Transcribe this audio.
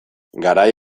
garai